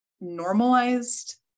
normalized